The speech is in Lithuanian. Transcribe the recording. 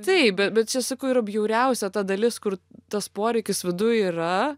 taip be bet čia sakau yra bjauriausia ta dalis kur tas poreikis viduj yra